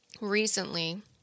recently